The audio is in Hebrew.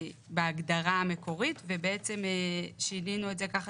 בהגדרה המקומית ובעצם שינינו את זה ככה